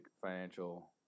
financial